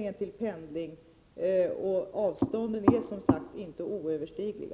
beträffande pendling. Avstånden är som sagt inte oöverstigliga.